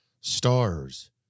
stars